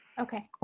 Okay